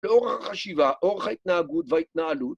כאורך החשיבה, אורך ההתנהגות וההתנהלות